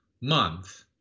month